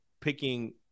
picking